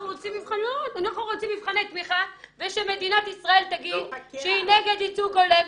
אנחנו רוצים מבחני תמיכה ושמדינת ישראל תגיד שהיא נגד ייצוג הולם.